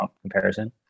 comparison